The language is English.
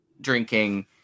drinking